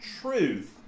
truth